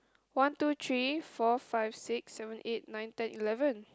one two three four five six seven eight nine ten eleven